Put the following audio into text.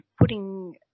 putting